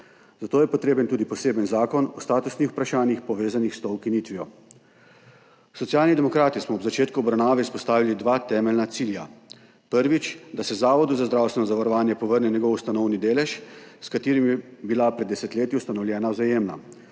zato je potreben tudi poseben zakon o statusnih vprašanjih, povezanih s to ukinitvijo. Socialni demokrati smo ob začetku obravnave izpostavili dva temeljna cilja. Prvič, da se Zavodu za zdravstveno zavarovanje povrne njegov ustanovni delež, s katerim je bila pred desetletji ustanovljena Vzajemna.